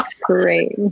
Great